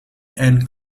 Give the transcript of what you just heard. and